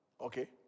okay